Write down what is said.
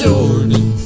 Jordan